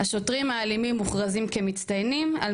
השוטרים האלימים מוכרזים כמצטיינים על